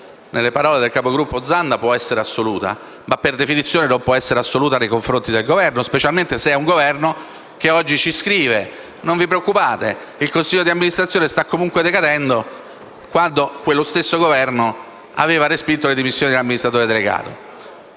nelle parole del capogruppo Zanda può essere assoluta, ma, per definizione, non può essere assoluta nei confronti del Governo, specialmente se oggi ci scrive di non preoccuparci perché il consiglio di amministrazione sta comunque decadendo, quando quello stesso Governo aveva respinto le dimissioni dell'amministratore delegato.